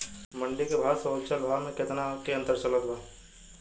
मंडी के भाव से होलसेल भाव मे केतना के अंतर चलत बा?